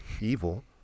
evil